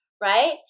right